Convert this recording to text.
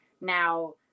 now